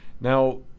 Now